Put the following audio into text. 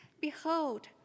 Behold